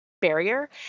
barrier